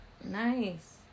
nice